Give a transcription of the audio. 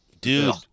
Dude